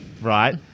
Right